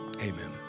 amen